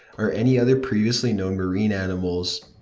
or any other previously known marine animals.